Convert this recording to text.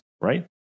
right